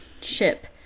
ship